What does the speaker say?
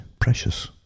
precious